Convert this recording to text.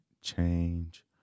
change